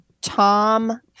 Tom